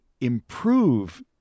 improve